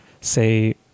say